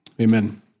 amen